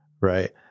right